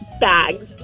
bags